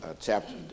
chapter